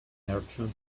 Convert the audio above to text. merchant